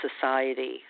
society